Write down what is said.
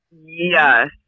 Yes